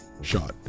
shot